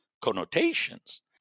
connotations